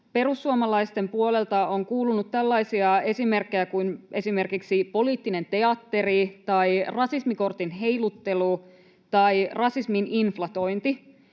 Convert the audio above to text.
perussuomalaisten puolelta on kuulunut tällaisia esimerkkejä kuin esimerkiksi ”poliittinen teatteri” tai ”rasismikortin heiluttelu” tai ”rasismin inflatointi”,